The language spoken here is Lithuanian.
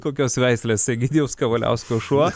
kokios veislės egidijaus kavaliausko šuo